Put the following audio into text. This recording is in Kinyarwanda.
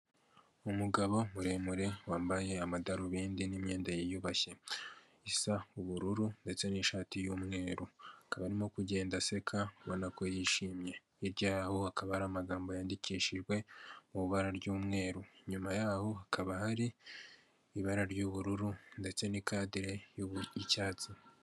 Umugabo muremure wambaye amadarubindi n'imyenda yiyubashye, isa ubururu ndetse n'ishati y'umweru akaba arimo kugenda aseka, ubona ko yishimye, hirya yaho hakaba hari amagambo yandikishijwe mu ibara ry'umweru, inyuma yaho hakaba hari ibara ry'ubururu ndetse n'ikaderi ry'icyatsi.